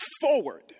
forward